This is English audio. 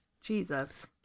Jesus